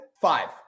five